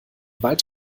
wald